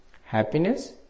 happiness